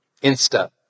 Insta